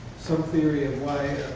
some theory of why